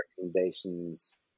recommendations